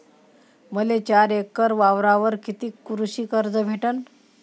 मले चार एकर वावरावर कितीक कृषी कर्ज भेटन?